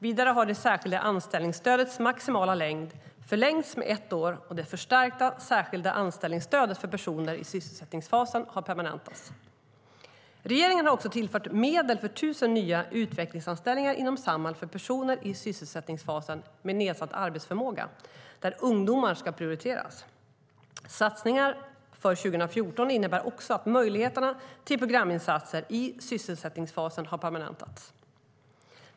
Vidare har det särskilda anställningsstödets maximala längd förlängts med ett år, och det förstärkta särskilda anställningsstödet för personer i sysselsättningsfasen har permanentats. Regeringen har också tillfört medel för 1 000 nya utvecklingsanställningar inom Samhall för personer med nedsatt arbetsförmåga som befinner sig i sysselsättningsfasen. Där ska ungdomar prioriteras. Satsningar för 2014 innebär också att möjligheterna till programinsatser i sysselsättningsfasen har permanentats.